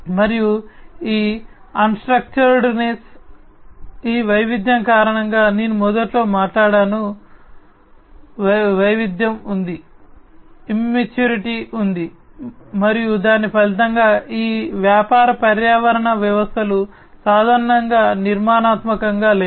మరియు ఈ unstructuredness ఈ వైవిధ్యం కారణంగా నేను మొదట్లో మాట్లాడాను వైవిధ్యం ఉంది ఇమ్ మెచ్యూరిటీ ఉంది మరియు దాని ఫలితంగా ఈ వ్యాపార పర్యావరణ వ్యవస్థలు సాధారణంగా నిర్మాణాత్మకంగా లేవు